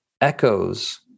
echoes